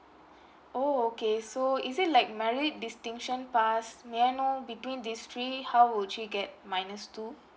oh okay so is it like merit distinction pass may I know between these three how would she get minus two